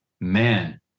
man